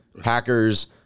Packers